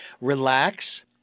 relax